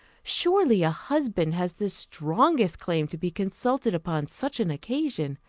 surely a husband has the strongest claim to be consulted upon such an occasion!